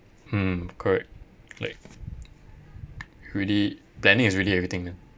hmm correct like really planning is really everything ah